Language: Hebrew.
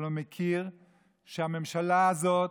שלא מכיר שהממשלה הזאת